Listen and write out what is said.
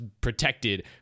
protected